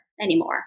anymore